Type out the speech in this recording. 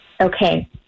Okay